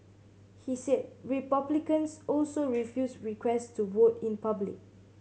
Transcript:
he said Republicans also refused requests to vote in public